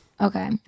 Okay